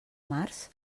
març